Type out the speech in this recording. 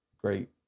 Great